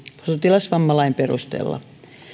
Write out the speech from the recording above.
sotilasvammalain perusteella